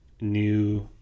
new